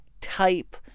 type